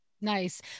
Nice